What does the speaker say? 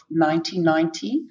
1990